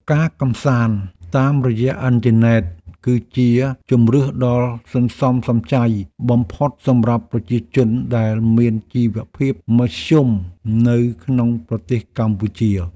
ការកម្សាន្តតាមរយៈអ៊ីនធឺណិតគឺជាជម្រើសដ៏សន្សំសំចៃបំផុតសម្រាប់ប្រជាជនដែលមានជីវភាពមធ្យមនៅក្នុងប្រទេសកម្ពុជា។